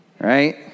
right